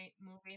movie